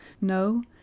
No